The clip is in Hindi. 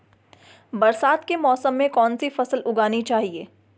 बरसात के मौसम में कौन सी फसल उगानी चाहिए?